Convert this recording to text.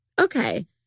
Okay